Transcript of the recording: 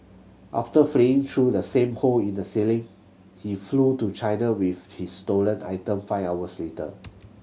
after fleeing through the same hole in the ceiling he flew to China with his stolen item five hours later